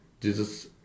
jesus